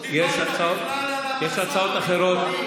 יש הצעות אחרות.